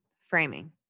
framing